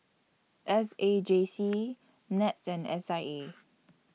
S A J C Nets and S I A